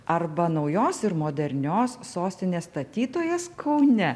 arba naujos ir modernios sostinės statytojas kaune